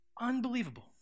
Unbelievable